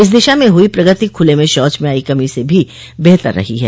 इस दिशा में हुई प्रगति खुले में शौच में आई कमी से भी बेहतर रही है